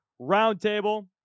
Roundtable